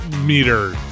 meter